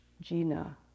Gina